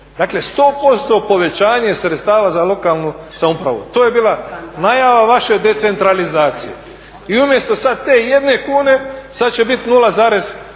Dakle, 100% povećanje sredstava za lokalnu samoupravu. To je bila najava vaše decentralizacije. I umjesto sad te jedne kune, sad će biti 0,5,